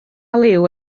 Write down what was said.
liw